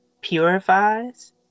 purifies